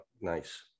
Nice